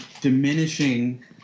diminishing